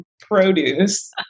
produce